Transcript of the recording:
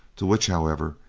to which, however,